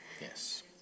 Yes